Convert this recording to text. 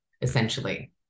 essentially